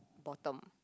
bottom